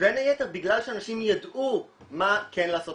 בין היתר בגלל שאנשים ידעו מה כן לעשות,